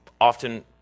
Often